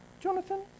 Jonathan